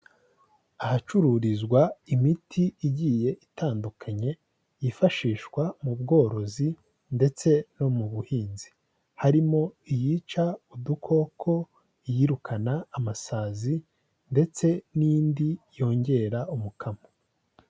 Ahacururizwa imiti igiye itandukanye yifashishwa mu bworozi ndetse no mu buhinzi, harimo iyica udukoko, iyirukana amasazi ndetse n'indi yongera umukamo.